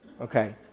okay